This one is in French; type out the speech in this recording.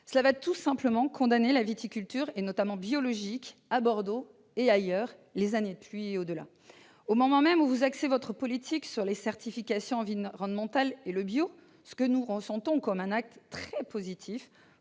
Cela va tout simplement condamner la viticulture biologique, à Bordeaux et ailleurs, les années de pluie et au-delà. Au moment même où vous axez votre politique sur les certifications environnementales et le bio, ce que nous ressentons comme un acte très positif,